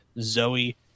Zoe